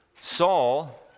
Saul